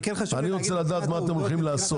אני רוצה לדעת מה אתם הולכים לעשות.